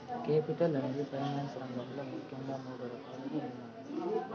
capital అనేది finance రంగంలో ముఖ్యంగా మూడు రకాలుగా ఉన్నాయి